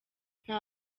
nta